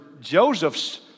Joseph's